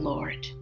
Lord